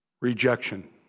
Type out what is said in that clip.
rejection